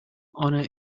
honour